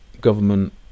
government